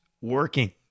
working